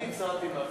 הצעתי,